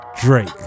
drake